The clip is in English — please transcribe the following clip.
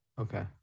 Okay